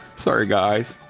sorry guys.